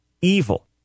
evil